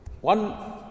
One